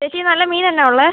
ചേച്ചി നല്ല മീനെന്നാ ഉള്ളത്